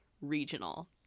regional